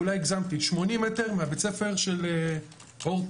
אולי הגזמתי 80 מטר מבית-הספר של "אורט"